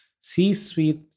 C-suite